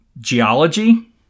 geology